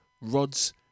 Rod's